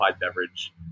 beverage